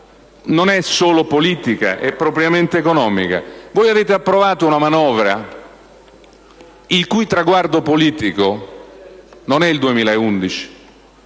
non è solo politica, ma è propriamente economica. Voi avete approvato una manovra, il cui traguardo politico non è il 2011,